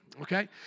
Okay